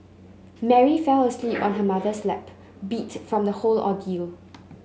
Mary fell asleep on her mother's lap beat from the whole ordeal